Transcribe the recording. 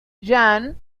jan